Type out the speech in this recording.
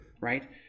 right